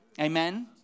Amen